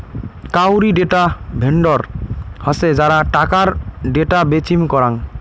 কাউরী data vendor হসে যারা টাকার ডেটা বেচিম করাং